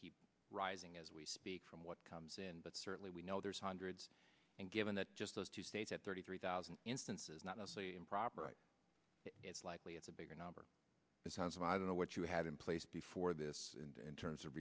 keep rising as we speak from what comes in but certainly we know there's hundreds and given that just those two states at thirty three thousand instances not improper it's likely it's a bigger number it sounds and i don't know what you had in place before this in terms of